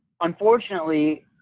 unfortunately